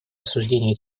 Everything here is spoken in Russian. обсуждению